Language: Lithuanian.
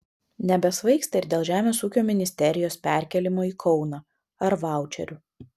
nebesvaigsta ir dėl žemės ūkio ministerijos perkėlimo į kauną ar vaučerių